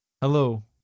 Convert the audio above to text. hello